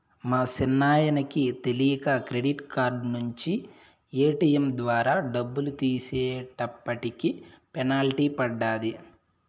మా సిన్నాయనకి తెలీక క్రెడిట్ కార్డు నించి ఏటియం ద్వారా డబ్బులు తీసేటప్పటికి పెనల్టీ పడ్డాది